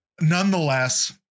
nonetheless